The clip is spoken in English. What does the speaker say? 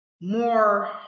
more